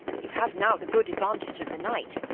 you have now the good advantage of the night.